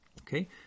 Okay